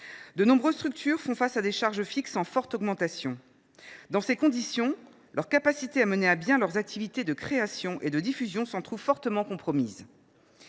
Nombre de structures sont confrontées à des charges fixes en forte augmentation. Dans ces conditions, leur capacité à mener à bien leurs activités de création et de diffusion est fortement compromise.